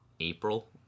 April